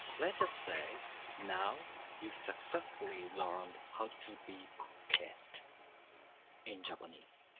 let's just say now you successfully learned how to be pissed in japanese.